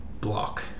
block